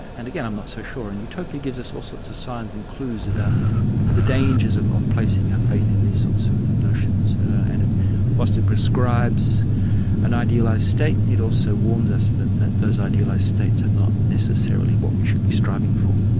and again, i'm not so sure. and utopia gives us all sorts of science and clues about the dangers of of placing our faith in these sorts of notions. and whilst it prescribes an idealised state, it also warns us that that those idealised states are not necessarily what we should be striving for.